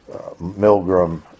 Milgram